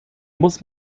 muss